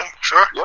sure